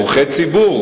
זה צורכי ציבור.